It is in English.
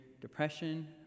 depression